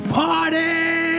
party